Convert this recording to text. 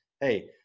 Hey